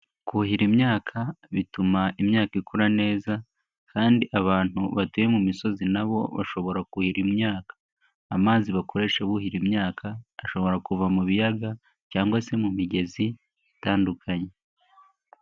Kuhira imyaka bituma imyaka ikura neza kandi abantu batuye mu misozi na bo bashobora kuhira imyaka. Amazi bakoresha buhira imyaka, ashobora kuva mu biyaga cyangwa se mu migezi itandukanye.